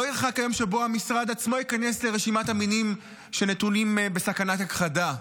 לא ירחק היום שבו המשרד עצמו ייכנס לרשימת המינים שנתונים בסכנת הכחדה.